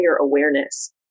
awareness